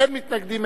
אין מתנגדים,